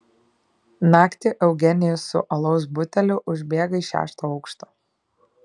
naktį eugenijus su alaus buteliu užbėga į šeštą aukštą